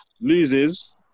Loses